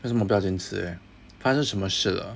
为什么不要坚持 leh 发生什么事了